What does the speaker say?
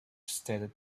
stated